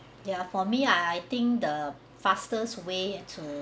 ya for me I think the fastest way to